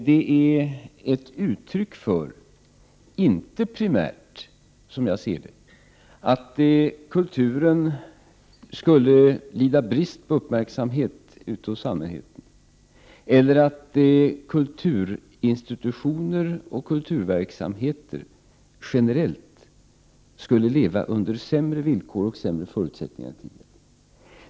Det är inte, som jag ser det, primärt ett uttryck för att kulturen skulle lida brist på uppmärksamhet hos allmänheten eller för att kulturinstitutioner och kulturverksamheter generellt skulle leva under sämre villkor och sämre förutsättningar än tidigare.